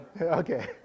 Okay